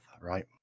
right